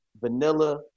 vanilla